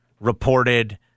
reported